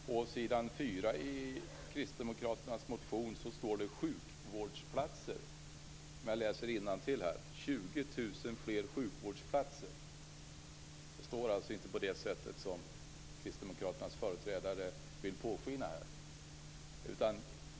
Fru talman! På s. 4 i Kristdemokraternas motion det: sjukvårdsplatser. Jag läser innantill: 20 000 fler sjukvårdsplatser. Det står inte på det sättet som kd:s företrädare låter påskina här.